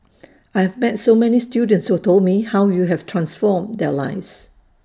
I've met so many students who told me how you have transformed their lives